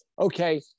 okay